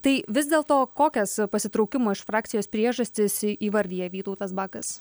tai vis dėlto kokias pasitraukimo iš frakcijos priežastis į įvardija vytautas bakas